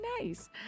nice